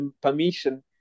permission